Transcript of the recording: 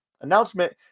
announcement